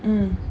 mmhmm